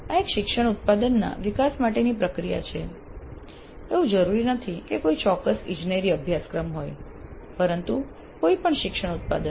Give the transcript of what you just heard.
આ એક શિક્ષણ ઉત્પાદન ના વિકાસ માટેની પ્રક્રિયા છે એવું જરૂરી નથી કે કોઈ ચોક્કસ ઇજનેરી અભાસક્રમ હોય પરંતુ કોઈપણ શિક્ષણ ઉત્પાદન